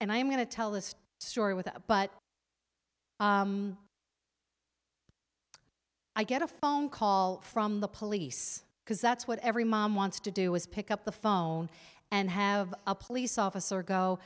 and i am going to tell this story with but i get a phone call from the police because that's what every mom wants to do is pick up the phone and have a police officer go